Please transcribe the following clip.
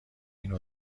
این